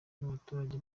n’abaturage